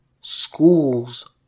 Schools